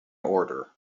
order